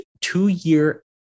two-year